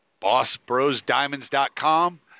Bossbrosdiamonds.com